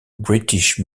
british